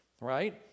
right